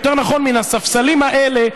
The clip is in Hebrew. יותר נכון מן הספסלים האלה,